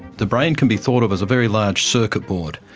the brain can be thought of as a very large circuit board,